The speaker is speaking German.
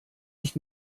nicht